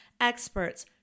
experts